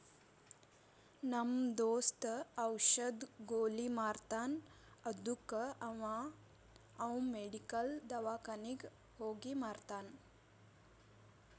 ನಮ್ ದೋಸ್ತ ಔಷದ್, ಗೊಲಿ ಮಾರ್ತಾನ್ ಅದ್ದುಕ ಅವಾ ಅವ್ ಮೆಡಿಕಲ್, ದವ್ಕಾನಿಗ್ ಹೋಗಿ ಮಾರ್ತಾನ್